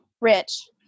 rich